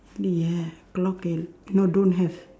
நீ ஏன்:nii een no don't have